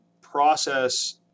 process